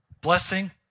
blessing